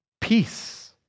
peace